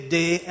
day